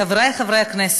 חברי חברי הכנסת,